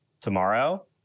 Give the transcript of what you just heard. tomorrow